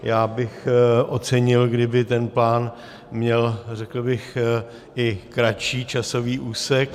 Já bych ocenil, kdyby ten plán měl, řekl bych, i kratší časový úsek.